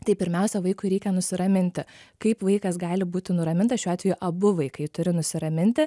tai pirmiausia vaikui reikia nusiraminti kaip vaikas gali būti nuramintas šiuo atveju abu vaikai turi nusiraminti